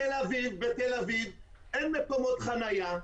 בתל-אביב אין מקומות חניה,